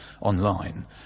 online